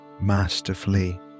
masterfully